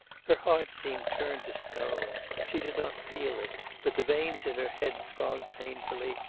her heart seemed turned to stone, she did not feel it, but the veins in her head throbbed painfully,